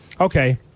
okay